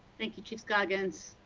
thank you chief scoggins.